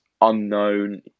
unknown